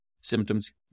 symptoms